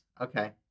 Okay